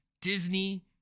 Disney